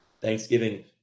thanksgiving